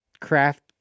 craft